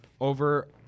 over